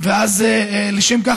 לשם כך,